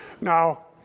Now